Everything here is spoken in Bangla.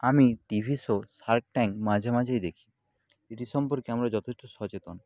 আমি টিভি শো শার্ক ট্যাঙ্ক মাঝে মাঝেই দেখি এটি সম্পর্কে আমরা যথেষ্ট সচেতন